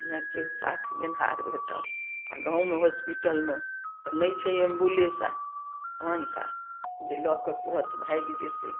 ने केओ साथ गेनहार भेटल आओर गाँवमे हॉस्पिटलमे तऽ नहि छै एम्बुलेंस आर ओहन कऽ जे लअ कऽ तुरत भागि जेतइ